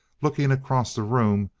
looking across the room,